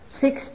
six